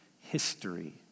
history